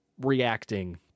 reacting